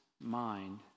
mind